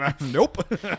nope